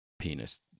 penis